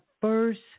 first